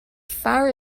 far